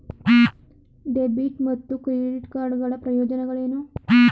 Debit ಮತ್ತು credit card ಗಳ ಪ್ರಯೋಜನಗಳೇನು?